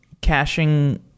caching